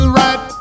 right